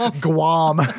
Guam